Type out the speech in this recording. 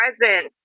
present